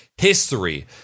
History